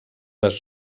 les